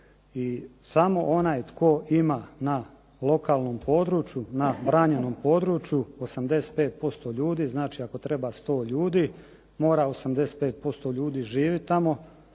i samo onaj tko ima na lokalnom području, na branjenom području 85% ljudi, znači ako treba 100 ljudi mora 85% ljudi živit tamo,